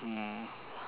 hmm